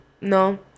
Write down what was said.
No